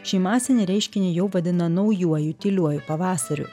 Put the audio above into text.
šį masinį reiškinį jau vadina naujuoju tyliuoju pavasariu